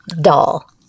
doll